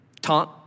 Taunt